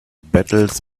battles